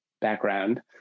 background